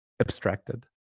abstracted